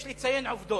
יש לציין עובדות.